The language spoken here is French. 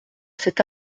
cet